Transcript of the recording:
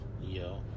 Yo